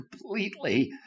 completely